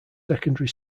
secondary